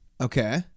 Okay